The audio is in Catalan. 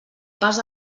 pas